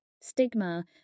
stigma